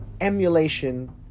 emulation